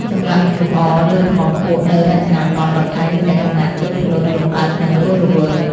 ចម្លាក់លម្អលើថ្មភក់នៅរចនាបថបាខែងមានលក្ខណៈ ទន់ភ្លន់ លម្អិត និងរស់រវើក។